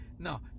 No